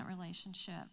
relationship